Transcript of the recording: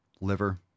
liver